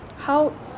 how